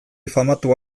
famatu